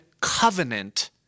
covenant